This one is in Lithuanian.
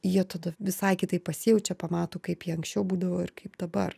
jie tada visai kitaip pasijaučia pamato kaip jie anksčiau būdavo ir kaip dabar